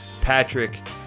Patrick